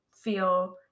feel